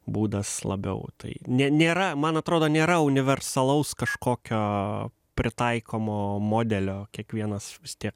būdas labiau tai ne nėra man atrodo nėra universalaus kažkokio pritaikomo modelio kiekvienas vis tie